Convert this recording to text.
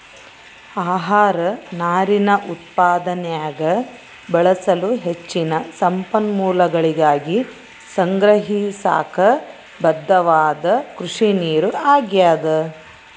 ಆಹಾರ ನಾರಿನ ಉತ್ಪಾದನ್ಯಾಗ ಬಳಸಲು ಹೆಚ್ಚಿನ ಸಂಪನ್ಮೂಲಗಳಿಗಾಗಿ ಸಂಗ್ರಹಿಸಾಕ ಬದ್ಧವಾದ ಕೃಷಿನೀರು ಆಗ್ಯಾದ